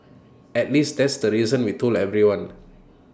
at least that's the reason we told everyone